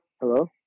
Hello